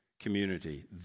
community